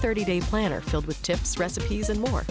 thirty day planner filled with tips recipes and more